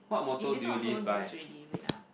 eh this one also use already wait ah